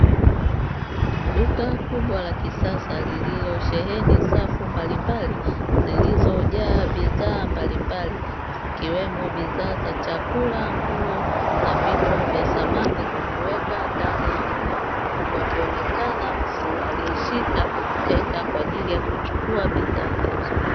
Duka kubwa la kisasa lililosheheni safu mbalimbali zilizojaa bidhaa mbalimbali zikiwemo bidhaa za vyakula, nguo na vitu vya samani vya kuweka ndani ya nyumba, huku akionekana mtu aliyeshika tenga kwaajili ya kuchukua bidhaa hizo.